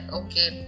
okay